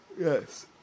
Yes